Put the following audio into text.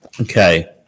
Okay